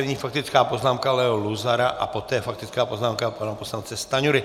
Nyní faktická poznámka Leo Luzara a poté faktická poznámka pana poslance Stanjury.